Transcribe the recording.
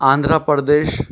Andhra Pradesh